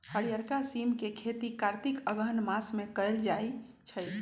हरियरका सिम के खेती कार्तिक अगहन मास में कएल जाइ छइ